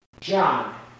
John